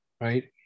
right